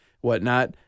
Whatnot